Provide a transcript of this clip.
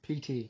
PT